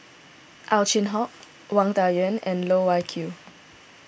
Ow Chin Hock Wang Dayuan and Loh Wai Kiew